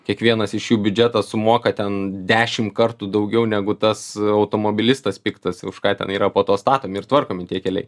kiekvienas iš jų biudžetą sumoka ten dešim kartų daugiau negu tas automobilistas piktas už ką ten yra po to statomi ir tvarkomi tie keliai